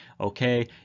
Okay